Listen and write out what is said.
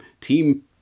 team